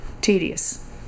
Tedious